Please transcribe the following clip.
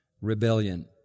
rebellion